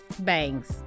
bangs